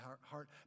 heart